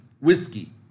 whiskey